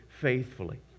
faithfully